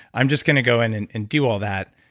i'm just going to go in and and do all that.